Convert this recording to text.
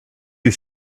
you